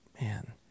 man